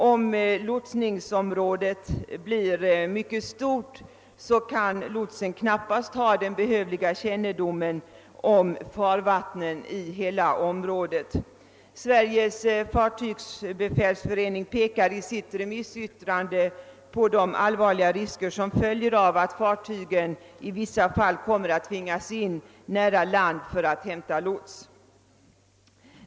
Om lotsområdet är mycket stort kan lotsen knappast ha den behövliga kännedomen om farvattnen i hela området. Sveriges fartygsbefälsförening pekar också i sitt remissyttrande på de allvarliga risker som följer med att fartygen i vissa fall kommer att tvingas in nära land för att hämta lots.